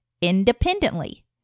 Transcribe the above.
independently